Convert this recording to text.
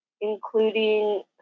including